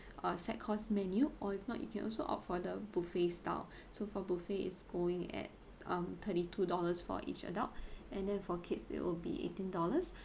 uh set course menu or if not you can also opt for the buffet style so for buffet is going at um thirty two dollars for each adult and then for kids it'll be eighteen dollars